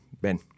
Ben